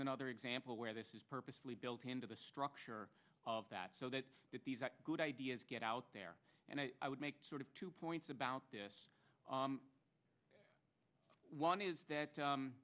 another example where this is purposely built into the structure of that so that these are good ideas get out there and i would make sort of two points about this one is that